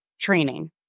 training